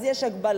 אז יש הגבלה.